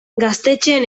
gaztetxeen